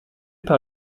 par